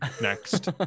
next